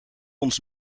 ons